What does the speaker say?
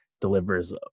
delivers